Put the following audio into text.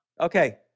Okay